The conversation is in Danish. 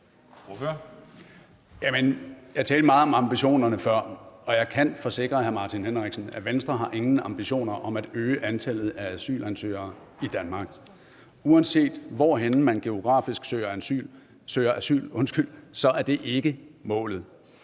Jeg talte meget om ambitionerne før, og jeg kan forsikre hr. Martin Henriksen om, at Venstre ikke har nogen ambitioner om at øge antallet af asylansøgere i Danmark. Uanset hvor man geografisk søger asyl, er det ikke målet.